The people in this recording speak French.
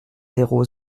zéro